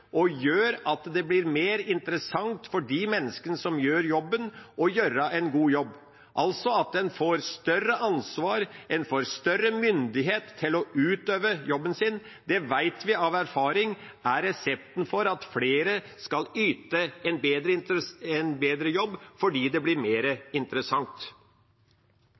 gjør at det blir mer interessant for de menneskene som gjør jobben, å gjøre en god jobb; man får større ansvar, man får større myndighet til å utøve jobben sin. Det vet vi av erfaring er resepten for at flere skal yte en bedre jobb, fordi det blir mer interessant.